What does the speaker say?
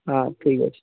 হ্যাঁ ঠিক আছে